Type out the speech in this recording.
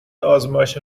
آزمایش